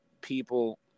people